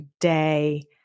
day